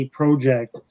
project